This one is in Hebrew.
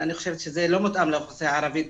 אני חושבת שזה לא מותאם בדיוק לאוכלוסיה הערבית,